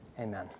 Amen